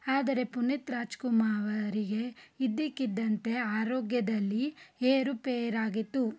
ಆದರೆ ಪುನೀತ್ ರಾಜ್ಕುಮಾರ್ ಅವರಿಗೆ ಇದ್ದಕ್ಕಿದ್ದಂತೆ ಆರೋಗ್ಯದಲ್ಲಿ ಏರುಪೇರಾಯಿತು